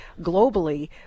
globally